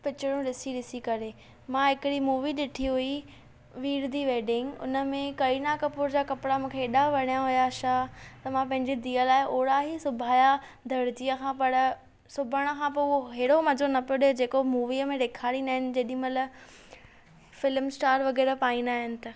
पिक्चरूं ॾिसी ॾिसी करे मां हिकड़ी मूवी ॾिठी हुई वीर दि वेडिंग उन में करीना कपूर जा कपड़ा मूंखे ऐॾा वणिया हुआ छा त मां पंहिंजी धीअ लाए ओड़ा ई सुभाया दर्जीअ खां पर सुभण खां पोइ उहो अहिड़ो मज़ो न पियो ॾिए जेको मूवीअ में ॾेखारींदा आहिनि जॾहिं महल फ़िल्म स्टार वग़ैरह पाईंदा आहिनि त